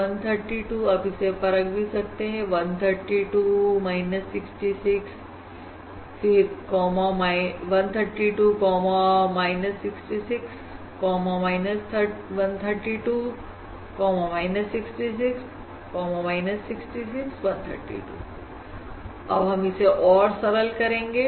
और आप इसे परख भी सकते हैं 132 66 132 66 132 66 66 132 और फिर सरल करेंगे